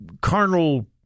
carnal